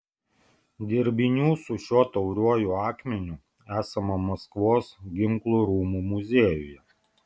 dirbinių su šiuo tauriuoju akmeniu esama maskvos ginklų rūmų muziejuje